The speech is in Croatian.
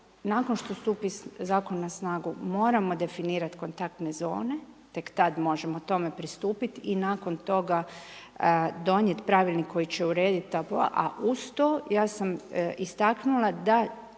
nakon što stupi zakon na snagu, moramo definirat kontaktne zone, tek tad možemo tome pristupit i nakon toga donijet pravilnik koji će uredit, a uz to ja sam istaknula da